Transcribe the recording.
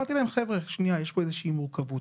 ואמרתי להם שיש מורכבות.